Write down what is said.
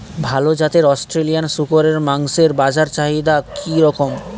ভাল জাতের অস্ট্রেলিয়ান শূকরের মাংসের বাজার চাহিদা কি রকম?